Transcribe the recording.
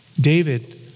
David